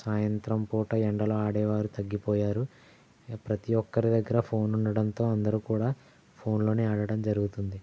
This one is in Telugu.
సాయంత్రం పూట ఎండలో ఆడేవారు తగ్గిపోయారు ప్రతిఒక్కరి దగ్గర ఫోన్ ఉండడంతో అందరూ కూడా ఫోన్లోనే ఆడటం జరుగుతుంది